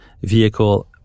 vehicle